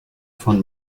von